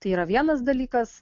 tai yra vienas dalykas